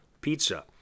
Pizza